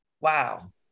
Wow